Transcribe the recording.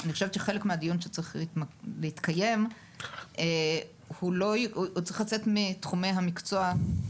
אני חושבת שחלק מהדיון שצריך להתקיים צריך לצאת מתחומי המקצוע.